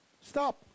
stop